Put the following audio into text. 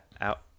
out